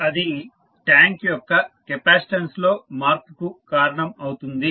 అది ట్యాంక్ యొక్క కెపాసిటన్స్ లో మార్పుకు కారణం అవుతుంది